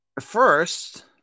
first